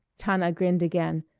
tana grinned again.